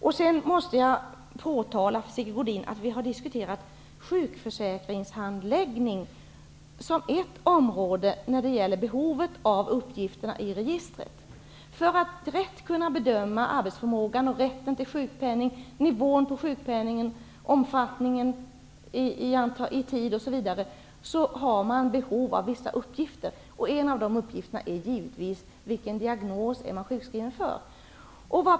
Jag måste påpeka för Sigge Godin att vi har diskuterat sjukförsäkringshandläggning som ett område när det gäller behovet av uppgifterna i registret. Man har behov av vissa uppgifter för att kunna rätt bedöma arbetsförmågan, rätten till sjukpenning, och omfattning på sjukpenningen. En av de uppgifter som man behöver är givetvis vilken diagnos vederbörande är sjukskriven för.